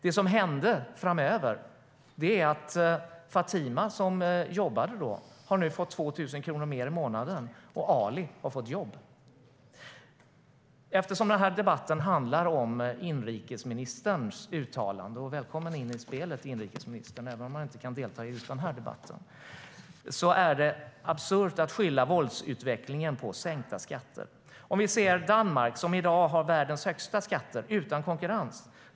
Det som hände sedan var att Fatima, som jobbade, fick 2 000 kronor mer i månaden, och Ali har fått jobb. Vi kan se på Danmark, som i dag har världens högsta skatter, utan konkurrens.